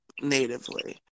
natively